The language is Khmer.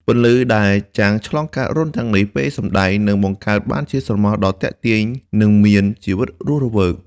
ពន្លឺដែលចាំងឆ្លងកាត់រន្ធទាំងនេះពេលសម្តែងនឹងបង្កើតបានជាស្រមោលដ៏ទាក់ទាញនិងមានជីវិតរស់រវើក។